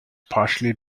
partially